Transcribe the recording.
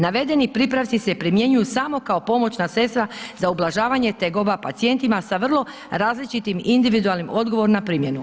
Navedeni pripravci se primjenjuju samo kao pomoćna sredstva za ublažavanje tegoba pacijentima sa vrlo različitim individualnim odgovor na primjenu.